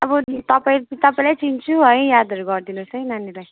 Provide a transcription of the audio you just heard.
अब तपाईँ तपाईँलाई चिन्छु है यादहरू गरिदिनु होस् है नानीलाई